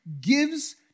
gives